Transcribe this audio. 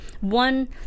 one